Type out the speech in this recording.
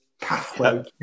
pathway